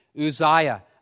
Uzziah